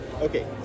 okay